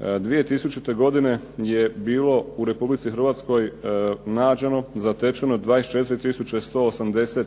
2000. godine je bilo u Republici Hrvatskoj nađeno, zatečeno 24 180